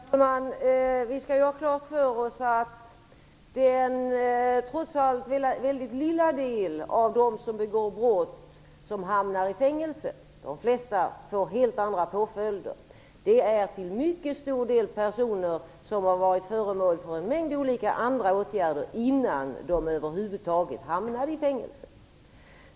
Herr talman! Vi skall ha klart för oss att det trots allt är en mycket liten del av dem som begår brott som hamnar i fängelse. De flesta får helt andra påföljder. Det handlar till en mycket stor del om personer som har varit föremål för en mängd andra åtgärder innan de över huvud taget hamnade i fängelse.